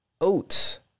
Oats